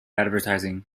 advertising